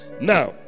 now